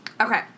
Okay